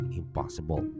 impossible